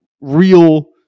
real